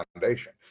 foundation